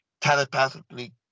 telepathically